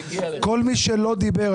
כל מי שלא דיבר,